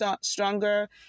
stronger